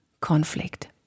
conflict